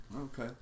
Okay